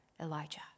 Elijah